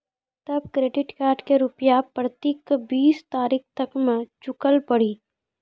तब credit card के रूपिया प्रतीक बीस तारीख तक मे चुकल पड़ी?